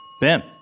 Ben